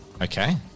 Okay